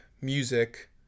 music